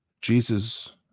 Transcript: Jesus